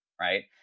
right